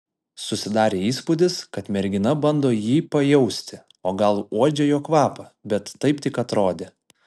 susidarė įspūdis kad mergina bando jį pajausti o gal uodžia jo kvapą bet taip tik atrodė